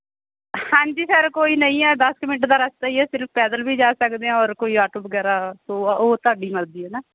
ਹਾਂਜੀ ਸਰ ਕੋਈ ਨਹੀਂ ਹੈ ਦਸ ਕੁ ਮਿੰਟ ਦਾ ਰਸਤਾ ਹੀ ਹੈ ਸਿਰਫ਼ ਪੈਦਲ ਵੀ ਜਾ ਸਕਦੇ ਆ ਔਰ ਕੋਈ ਆਟੋ ਵਗੈਰਾ ਤੋ ਅ ਉਹ ਤੁਹਾਡੀ ਮਰਜ਼ੀ ਆ ਨਾ